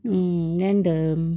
mm then the